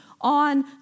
on